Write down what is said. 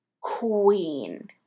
queen